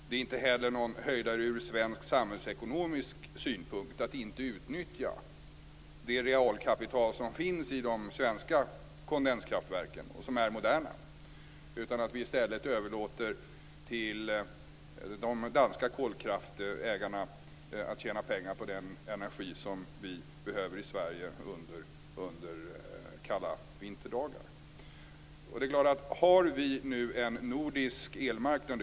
Det är inte heller någon höjdare från svensk samhällsekonomisk synpunkt att inte utnyttja det realkapital som finns i de moderna svenska kondenskraftverken utan att vi i stället överlåter till de danska kolkraftsägarna att tjäna pengar på den energi som vi behöver i Sverige under kalla vinterdagar. Vi har nu en nordisk elmarknad.